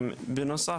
בנוסף,